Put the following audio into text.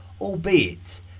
albeit